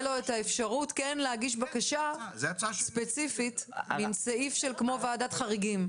לו אפשרות להגיש בקשה ספציפית עם סעיף כמו ועדת חריגים.